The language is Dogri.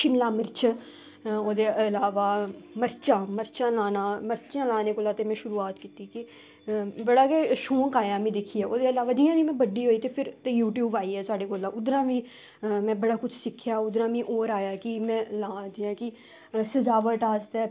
शिमला मिर्च ओह्दे अलावा मर्चां मर्चां लाना मर्चां लाने कोला ते में शुरुआत कीती कि बड़ा गै शौंक आया मीं दिक्खियै ओह्दे अलावा जियां जियां में बड्डी होई ते फिर ते यूट्यूब आई गेआ साढ़े कोला उद्धरा बी में बड़ा कुछ सिक्खेआ उद्धरा मिगी होर आया कि में लां जियां कि सजावट आस्तै